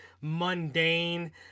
mundane